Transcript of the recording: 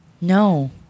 No